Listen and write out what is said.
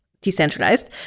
decentralized